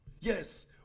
Yes